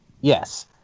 yes